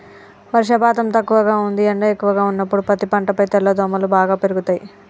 వర్షపాతం తక్కువగా ఉంది ఎండ ఎక్కువగా ఉన్నప్పుడు పత్తి పంటపై తెల్లదోమలు బాగా పెరుగుతయి